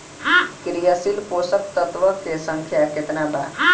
क्रियाशील पोषक तत्व के संख्या कितना बा?